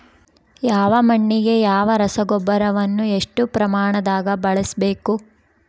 ಯಾವ ಮಣ್ಣಿಗೆ ಯಾವ ರಸಗೊಬ್ಬರವನ್ನು ಎಷ್ಟು ಪ್ರಮಾಣದಾಗ ಬಳಸ್ಬೇಕು?